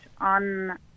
on